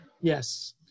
Yes